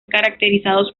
caracterizados